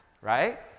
right